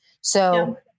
So-